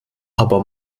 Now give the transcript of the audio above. aber